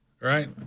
right